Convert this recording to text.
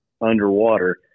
underwater